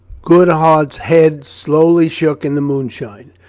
groodhart's head slowly shook in the moonshine.